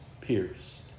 pierced